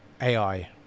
AI